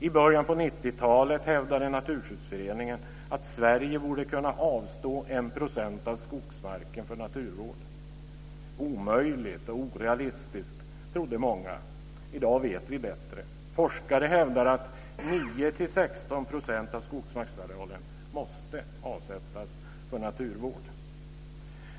I början på 90-talet hävdade Naturskyddsföreningen att Sverige borde kunna avstå 1 % av skogsmarken för naturvård. Det var omöjligt och orealistiskt, trodde många. I dag vet vi bättre. Forskare hävdar att 9 till 16 % av skogsmarksarealen måste avsättas för naturvård.